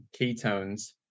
ketones